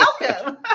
Welcome